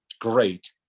great